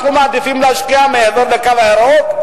אנחנו מעדיפים להשקיע מעבר ל"קו הירוק"